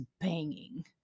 banging